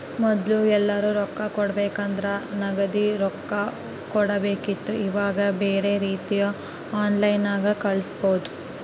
ಮೊದ್ಲು ಎಲ್ಯರಾ ರೊಕ್ಕ ಕೊಡಬೇಕಂದ್ರ ನಗದಿ ರೊಕ್ಕ ಕೊಡಬೇಕಿತ್ತು ಈವಾಗ ಬ್ಯೆರೆ ರೀತಿಗ ಆನ್ಲೈನ್ಯಾಗ ಕಳಿಸ್ಪೊದು